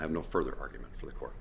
i have no further argument for the court